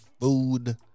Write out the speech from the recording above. food